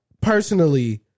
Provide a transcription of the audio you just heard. personally